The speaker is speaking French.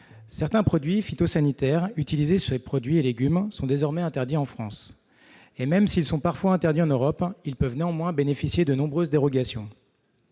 Certains produits phytosanitaires utilisés sur les fruits et légumes sont désormais interdits en France. Même s'ils sont parfois interdits en Europe, ils peuvent néanmoins bénéficier de nombreuses dérogations.